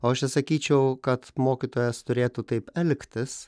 o aš tai sakyčiau kad mokytojas turėtų taip elgtis